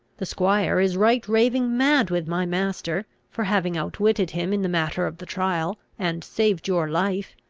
the squire is right raving mad with my master, for having outwitted him in the matter of the trial, and saved your life.